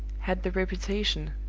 had the reputation,